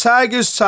Tigers